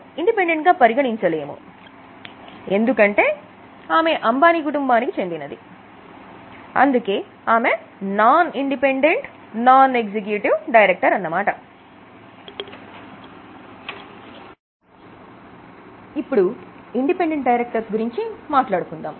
ఇప్పుడు ఇండిపెండెంట్ డైరెక్టర్లు గురించి మాట్లాడుకుందాం